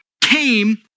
came